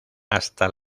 hasta